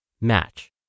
match